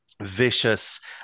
vicious